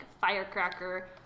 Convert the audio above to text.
firecracker